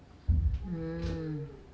um